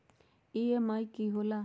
EMI की होला?